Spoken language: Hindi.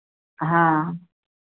हाँ